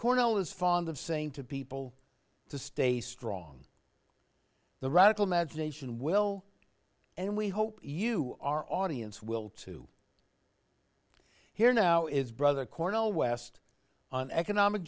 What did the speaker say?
cornell is fond of saying to people to stay strong the radical magination well and we hope you our audience will too hear now is brother cornel west on economic